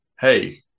hey